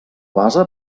base